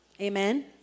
Amen